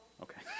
Okay